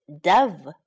Dove